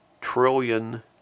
trillion